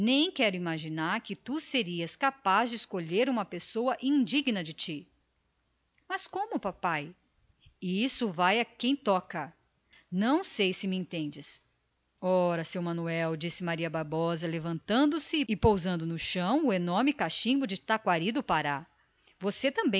nem quero imaginar que seria capaz de escolher uma pessoa indigna de ti mas como papai fale claro isto vai a quem toca não sei se me entendes ora seu manuel exclamou maria bárbara levantando-se e pousando no chão o enorme cachimbo de taquari do pará você